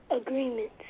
agreements